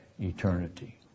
eternity